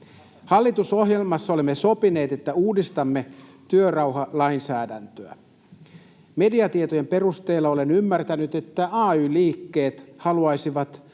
Hallitusohjelmassa olemme sopineet, että uudistamme työrauhalainsäädäntöä. Mediatietojen perusteella olen ymmärtänyt, että ay-liikkeet haluaisivat